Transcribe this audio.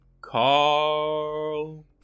Carl